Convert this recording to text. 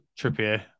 Trippier